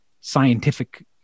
scientific